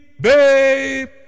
Babe